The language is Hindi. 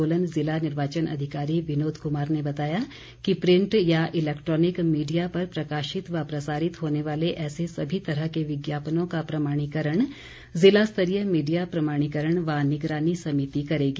सोलन ज़िला निर्वाचन अधिकारी विनोद कुमार ने बताया कि प्रिंट या इलेक्ट्रॉनिक मीडिया पर प्रकाशित व प्रसारित होने वाले ऐसे सभी तरह के विज्ञापनों का प्रमाणीकरण ज़िलास्तरीय मीडिया प्रमाणीकरण व निगरानी समिति करेगी